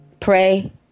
pray